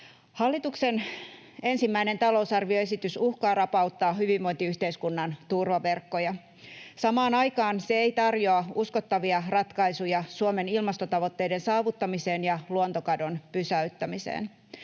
Hallituksen ensimmäinen talousarvioesitys uhkaa rapauttaa hyvinvointiyhteiskunnan turvaverkkoja. Samaan aikaan se ei tarjoa uskottavia ratkaisuja Suomen ilmastotavoitteiden saavuttamiseen ja luontokadon pysäyttämiseen.